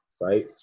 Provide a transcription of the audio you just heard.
right